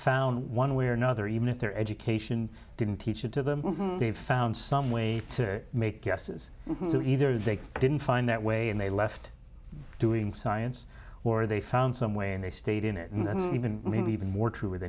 found one way or another even if their education didn't teach it to them they found some way to make guesses so either they didn't find that way and they left doing science or they found some way and they stayed in it and even maybe even more true